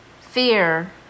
fear